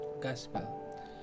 Gospel